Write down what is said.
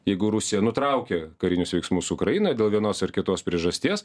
jeigu rusija nutraukia karinius veiksmus ukrainoj dėl vienos ar kitos priežasties